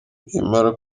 nirimara